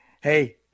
hey